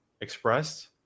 expressed